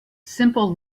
simple